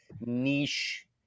niche